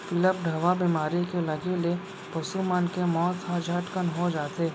पिलबढ़वा बेमारी के लगे ले पसु मन के मौत ह झटकन हो जाथे